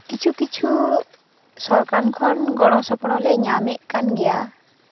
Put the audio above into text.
ᱠᱤᱪᱷᱩ ᱠᱤᱪᱷᱩ ᱥᱚᱨᱠᱟᱨ ᱠᱷᱚᱱ ᱜᱚᱲᱚ ᱥᱚᱯᱚᱦᱚᱫ ᱞᱮ ᱧᱟᱢᱮᱫ ᱠᱟᱱ ᱜᱮᱭᱟ